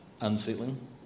unsettling